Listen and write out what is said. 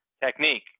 technique